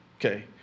Okay